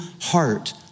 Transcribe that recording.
heart